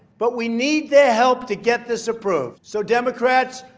but we need their help to get this approved. so democrats,